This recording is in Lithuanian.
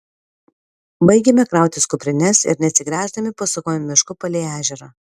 baigėme krautis kuprines ir neatsigręždami pasukome mišku palei ežerą